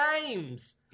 games